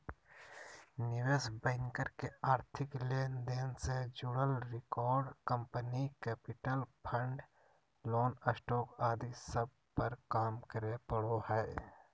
निवेश बैंकर के आर्थिक लेन देन से जुड़ल record, company capital, fund, loan, stock आदि सब पर काम करे पड़ो हय